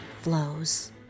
flows